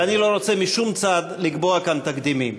ואני לא רוצה משום צד לקבוע כאן תקדימים.